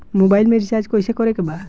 Mobile में recharge कइसे करे के बा?